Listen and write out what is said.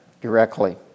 directly